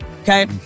okay